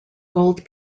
gold